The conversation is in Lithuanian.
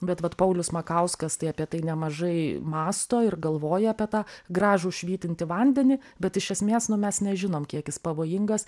bet vat paulius makauskas tai apie tai nemažai mąsto ir galvoja apie tą gražų švytintį vandenį bet iš esmės nu mes nežinom kiek jis pavojingas